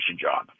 job